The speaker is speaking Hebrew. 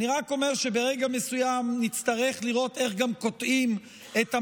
אני רק אומר שברגע מסוים נצטרך לראות איך גם קוטעים את המעגל.